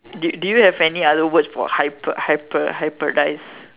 did did you have any other words for hybri~ hybri~ hybridize